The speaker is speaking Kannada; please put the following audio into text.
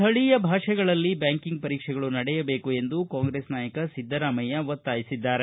ಸ್ಥಳೀಯ ಭಾಷೆಗಳಲ್ಲಿ ಬ್ಯಾಂಕಿಂಗ್ ಪರೀಕ್ಷೆಗಳು ನಡೆಯಬೇಕು ಎಂದು ಕಾಂಗ್ರೆಸ್ ನಾಯಕ ಸಿದ್ದರಾಮಯ್ಯ ಒತ್ತಾಯಿಸಿದ್ದಾರೆ